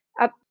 up